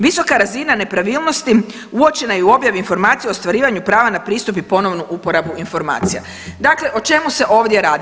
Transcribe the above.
Visoka razina nepravilnosti uočena je i u objavi informacija u ostvarivanju prava na pristup i ponovnu uporabu informacija, dakle o čemu se ovdje radi?